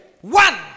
One